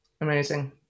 Amazing